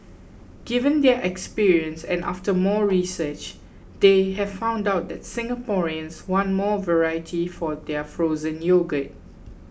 given their experience and after more research they have found out that Singaporeans want more variety for their frozen yogurt